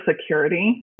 security